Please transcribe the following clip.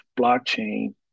blockchain